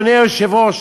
אדוני היושב-ראש,